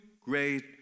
great